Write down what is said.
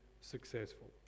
successful